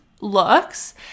looks